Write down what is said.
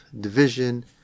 division